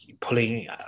pulling